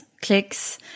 clicks